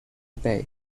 bay